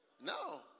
No